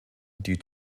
due